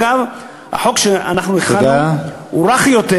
אגב, החוק שהכנו הוא רך יותר